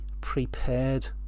prepared